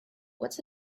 what’s